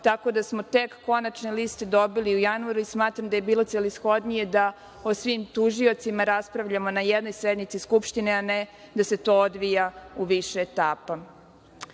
tako da smo tek konačne liste dobili u januaru i smatram da je bilo celishodnije da o svim tužiocima raspravljamo na jednoj sednici Skupštine, a ne da se to odvija u više etapa. Ne